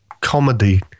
comedy